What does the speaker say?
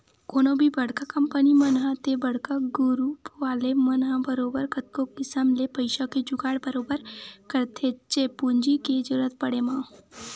कोनो भी बड़का कंपनी मन ह ते बड़का गुरूप वाले मन ह बरोबर कतको किसम ले पइसा के जुगाड़ बरोबर करथेच्चे पूंजी के जरुरत पड़े म